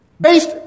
based